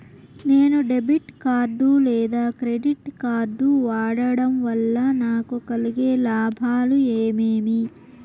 నేను debit card లేదా credit card వాడడం వల్ల నాకు కలిగే లాభాలు ఏమేమీ?